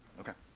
okay.